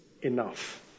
enough